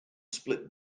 split